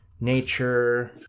nature